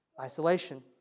Isolation